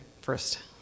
first